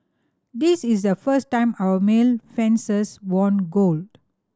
this is the first time our male fencers won gold